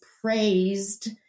praised